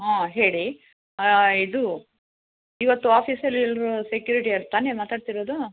ಹಾಂ ಹೇಳಿ ಇದು ಇವತ್ತು ಆಫೀಸಲ್ಲಿ ಎಲ್ಲರೂ ಸೆಕ್ಯುರಿಟಿ ಅವ್ರು ತಾನೇ ಮಾತಾಡ್ತಿರೋದು